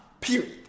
Period